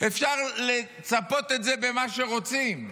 אפשר לצפות את זה במה שרוצים.